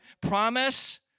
promise